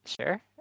sure